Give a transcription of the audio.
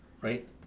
right